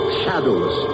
shadows